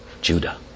Judah